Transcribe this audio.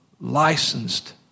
licensed